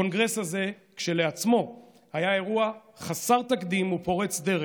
הקונגרס הזה כשלעצמו היה אירוע חסר תקדים ופורץ דרך,